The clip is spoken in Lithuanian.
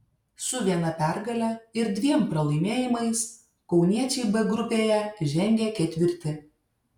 su viena pergale ir dviem pralaimėjimais kauniečiai b grupėje žengia ketvirti